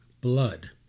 blood